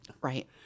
Right